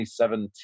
2017